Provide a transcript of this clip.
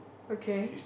okay